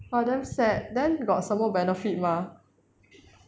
!wah! damn sad then got 什么 benefit mah